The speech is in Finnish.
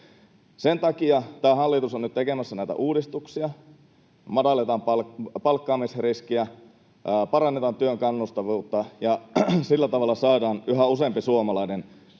Sen takia tämä hallitus on nyt tekemässä näitä uudistuksia: madalletaan palkkaamisriskiä, parannetaan työn kannustavuutta, ja sillä tavalla saadaan yhä useampi suomalainen